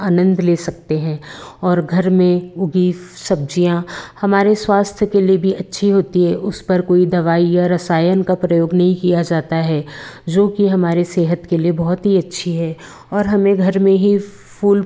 आनंद ले सकते हैं और घर में उगी सब्जियाँ हमारे स्वास्थ्य के लिए भी अच्छी होती हैं उस पर कोई दवाई या रसायन का प्रयोग नहीं किया जाता है जो कि हमारे सेहत के लिए बहुत ही अच्छी है और हमें घर में ही फूल